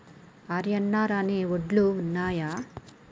RNR అనే వడ్లు ఉన్నయా?